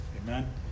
Amen